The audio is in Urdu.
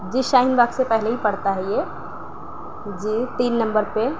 جی شاہین باغ سے پہلے ہی پڑتا ہے یہ جی تین نمبر پہ